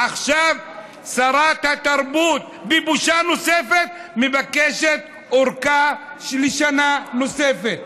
עכשיו שרת התרבות בבושה נוספת מבקשת ארכה לשנה נוספת,